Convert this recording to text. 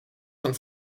von